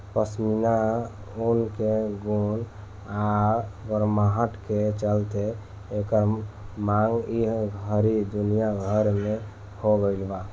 पश्मीना ऊन के गुण आ गरमाहट के चलते एकर मांग ए घड़ी दुनिया भर में हो गइल बा